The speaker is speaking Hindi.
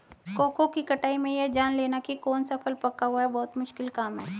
कोको की कटाई में यह जान लेना की कौन सा फल पका हुआ है बहुत मुश्किल काम है